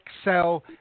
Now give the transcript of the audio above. excel